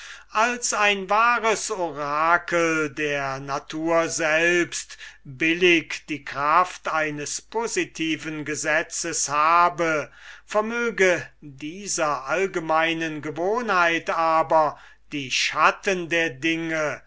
als ein wahres orakel der natur selbst billig die kraft eines positiven gesetzes habe vermöge dieser allgemeinen gewohnheit aber die schatten der dinge